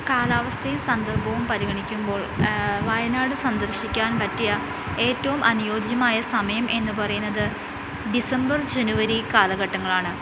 കാലാവസ്ഥയും സന്ദർഭവും പരിഗണിക്കുമ്പോൾ വയനാട് സന്ദർശിക്കാൻ പറ്റിയ ഏറ്റവും അനുയോജ്യമായ സമയം എന്നുപറയുന്നത് ഡിസംബർ ജനുവരി കാലഘട്ടങ്ങളാണ്